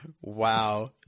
Wow